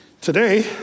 Today